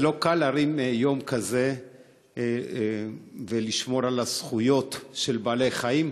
זה לא קל להרים יום כזה ולשמור על הזכויות של בעלי-החיים